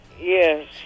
Yes